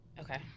Okay